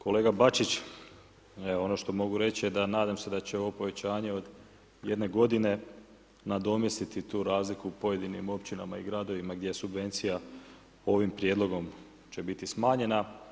Kolega Bačić, evo ono što mogu reći je da nadam se da će ovo povećanje od jedne godine nadomjestiti tu razliku u pojedinim općinama i gradovima gdje subvencija ovim prijedlogom će biti smanjena.